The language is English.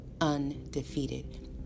undefeated